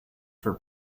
for